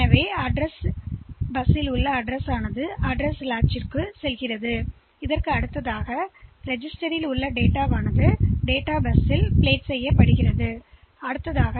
எனவே முகவரிபெறுகிறது முகவரி தாழ்ப்பாளைப் அதன் பிறகு செயலி ஒரு பதிவின் உள்ளடக்கத்தை தரவு பஸ்ஸில் வைத்து சரியான சிக்னல்யை அளிக்கும்